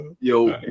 yo